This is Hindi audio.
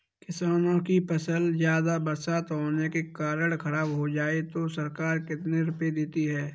किसानों की फसल ज्यादा बरसात होने के कारण खराब हो जाए तो सरकार कितने रुपये देती है?